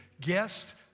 Guest